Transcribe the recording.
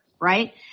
right